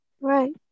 Right